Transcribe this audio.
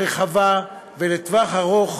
הרחבה, ולטווח ארוך